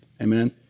Amen